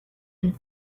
and